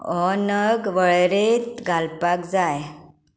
हो नग वळेरेंत घालपाक जाय